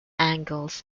angles